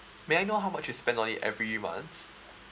may I know how much you spend on it every month